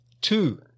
Two